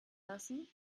lassen